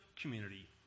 community